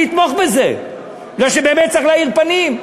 אני אתמוך בזה, מפני שבאמת צריך להאיר פנים.